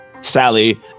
Sally